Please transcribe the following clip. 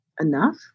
enough